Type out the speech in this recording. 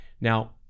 Now